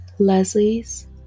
Leslie's